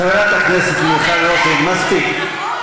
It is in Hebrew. חברת הכנסת מיכל רוזין, מספיק.